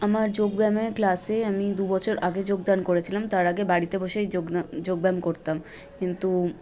আমার যোগব্যায়ামের ক্লাসে আমি দুবছর আগে যোগদান করেছিলাম তার আগে বাড়িতে বসেই যোগ যোগব্যায়াম করতাম কিন্তু